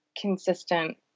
consistent